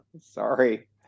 Sorry